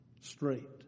straight